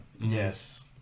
yes